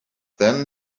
then